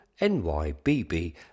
NYBB